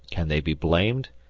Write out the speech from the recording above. can they be blamed?